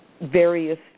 various